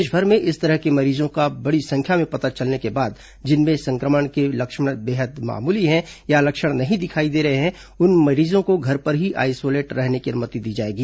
देशभर में इस तरह के मरीजों का बड़ी संख्या में पता चलने के बाद जिनमें संक्रमण के लक्षण बेहद मामूली हैं या लक्षण नहीं दिखाई दे रहे हैं उन मरीजों को घर पर ही आइसोलेट रहने की अनुमति दी जाएगी